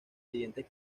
siguientes